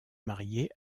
marier